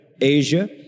Asia